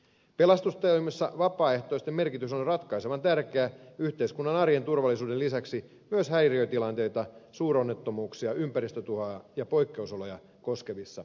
pelastustoimessa vapaaehtoisten merkitys on ratkaisevan tärkeä yhteiskunnan arjen turvallisuuden lisäksi myös häiriötilanteita suuronnettomuuksia ympäristötuhoja ja poikkeusoloja koskevissa valmiuksissa